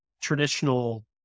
traditional